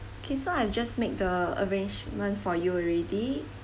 okay so I'm just make the arrangement for you already